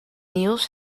niels